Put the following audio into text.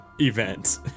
event